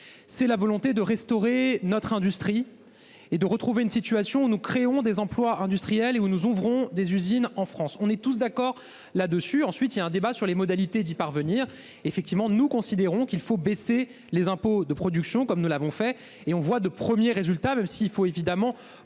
C'est la volonté de restaurer notre industrie et de retrouver une situation où nous créons des emplois industriels où nous ouvrons des usines en France, on est tous d'accord là-dessus. Ensuite il y a un débat sur les modalités d'y parvenir. Effectivement nous considérons qu'il faut baisser les impôts de production, comme nous l'avons fait et on voit de premiers résultats même s'il faut évidemment